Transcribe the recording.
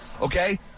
Okay